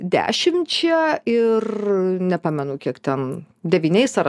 dešimčia ir nepamenu kiek ten devyniais ar